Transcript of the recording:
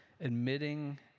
admitting